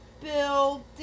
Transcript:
building